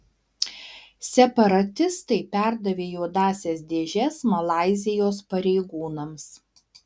separatistai perdavė juodąsias dėžes malaizijos pareigūnams